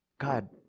God